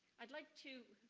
i'd like to,